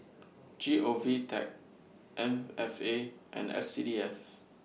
G O V Tech M F A and S C D F